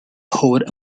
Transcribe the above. hood